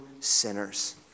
sinners